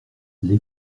les